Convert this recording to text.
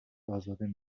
ازاده